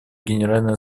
генеральной